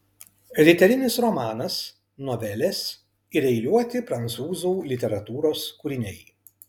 riterinis romanas novelės ir eiliuoti prancūzų literatūros kūriniai